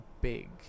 big